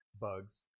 bugs